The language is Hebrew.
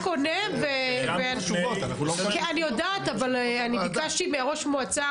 אני ביקשתי מראש המועצה,